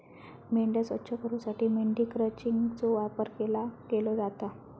मेंढ्या स्वच्छ करूसाठी मेंढी क्रचिंगचो वापर केलो जाता